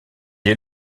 est